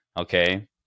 okay